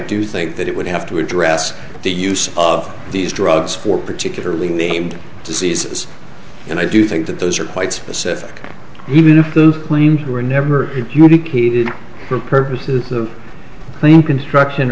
do think that it would have to address the use of these drugs for particularly named diseases and i do think that those are quite specific even if the planes were never for purposes of the plant construction